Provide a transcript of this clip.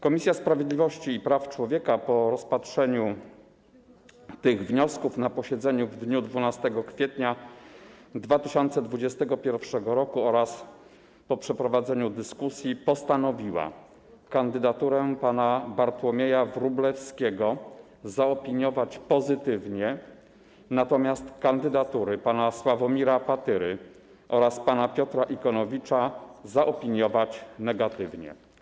Komisja Sprawiedliwości i Praw Człowieka po rozpatrzeniu tych wniosków na posiedzeniu w dniu 12 kwietnia 2021 r. oraz po przeprowadzeniu dyskusji postanowiła kandydaturę pana Bartłomieja Wróblewskiego zaopiniować pozytywnie, natomiast kandydatury pana Sławomira Patyry oraz pana Piotra Ikonowicza - zaopiniować negatywnie.